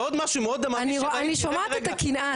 אני שומעת את הקנאה,